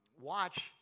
watch